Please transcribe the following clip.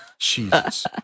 Jesus